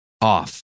off